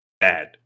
bad